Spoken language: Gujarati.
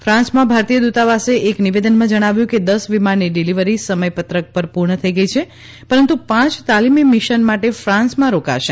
ફાન્સમાં ભારતીય દ્રતાવાસે એક નિવેદનમાં જણાવ્યું છે કે દસ વિમાનની ડિલિવરી સમયપત્રક પર પૂર્ણ થઈ ગઈ છે પરંતુ પાંચ તાલીમી મિશન માટે ફાન્સમાં રોકાશે